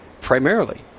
primarily